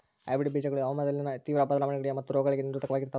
hybrid ಬೇಜಗಳು ಹವಾಮಾನದಲ್ಲಿನ ತೇವ್ರ ಬದಲಾವಣೆಗಳಿಗೆ ಮತ್ತು ರೋಗಗಳಿಗೆ ನಿರೋಧಕವಾಗಿರ್ತವ